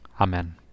Amen